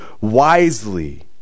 wisely